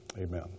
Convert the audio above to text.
Amen